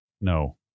No